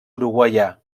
uruguaià